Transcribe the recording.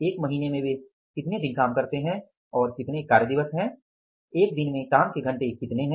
एक महीने में वे कितने दिन काम करते हैं और कितने कार्य दिवस हैं एक दिन में काम के कितने घंटे हैं